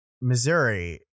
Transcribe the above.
Missouri